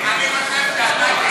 אני חושב שאתה,